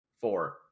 Four